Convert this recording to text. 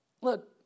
Look